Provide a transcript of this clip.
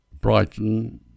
Brighton